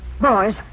Boys